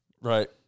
Right